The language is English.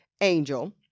Angel